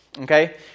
okay